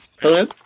Hello